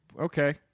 Okay